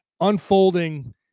unfolding